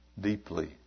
deeply